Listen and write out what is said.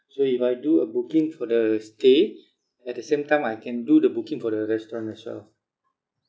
so if I do a booking for the stay at the same time I can do the booking for the restaurant as well